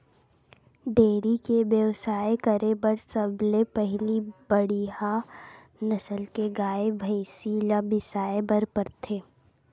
dairy के बेवसाय करे बर सबले पहिली बड़िहा नसल के गाय, भइसी ल बिसाए बर परथे